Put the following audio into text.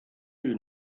you